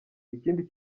ikindi